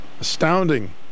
astounding